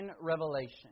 revelation